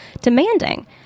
demanding